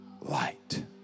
light